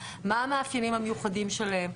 מה המאפיינים המיוחדים שלהן.